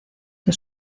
que